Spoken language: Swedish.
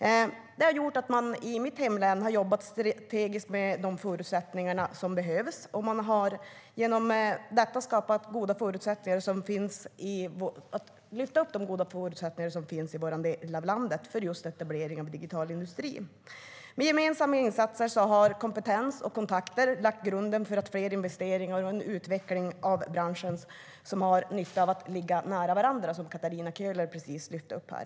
Detta har gjort att man i mitt hemlän har jobbat strategiskt med de förutsättningar som behövs. Man har genom detta lyft upp de goda förutsättningar som finns i vår del av landet för etablering av just digital industri. Med gemensamma insatser, kompetens och kontakter har vi lagt grunden för fler investeringar och en utveckling av branscher som har nytta av att ligga nära varandra, som Katarina Köhler lyfte upp här.